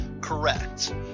Correct